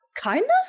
kindness